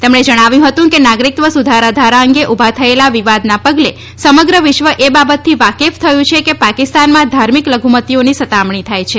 તેમણે જણાવ્યું હતું કે નાગરિકત્વ સુધારા ધારા અંગે ઉભા થયેલા વિવાદના પગલે સમગ્ર વિશ્વ એ બાબતથી વાકેફ થયું છે કે પાકિસ્તાનમાં ધાર્મિક લધુમતીઓની સતામણી થાય છે